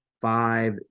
five